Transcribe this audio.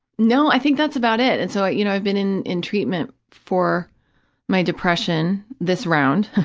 no, i think that's about it. and so, you know, i've been in in treatment for my depression, this round,